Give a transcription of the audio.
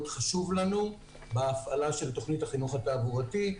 חשוב לנו בהפעלה של תוכנית החינוך התעבורתי.